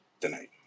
tonight